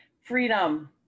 Freedom